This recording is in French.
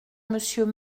monsieur